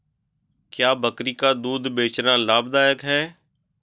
क्या बकरी का दूध बेचना लाभदायक है?